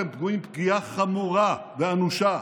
אתם פוגעים פגיעה חמורה ואנושה,